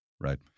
right